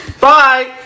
Bye